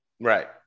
right